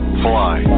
fly